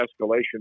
escalation